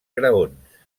graons